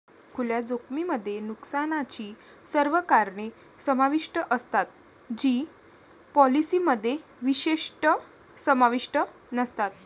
खुल्या जोखमीमध्ये नुकसानाची सर्व कारणे समाविष्ट असतात जी पॉलिसीमध्ये विशेषतः समाविष्ट नसतात